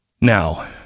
now